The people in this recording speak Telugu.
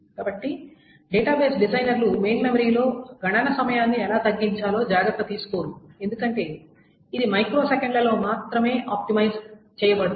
కాబట్టి డేటాబేస్ డిజైనర్లు మెయిన్ మెమరీలో గణన సమయాన్ని ఎలా తగ్గించాలో జాగ్రత్త తీసుకోరు ఎందుకంటే ఇది మైక్రో సెకండ్లలో మాత్రమే ఆప్టిమైజ్ చేస్తోంది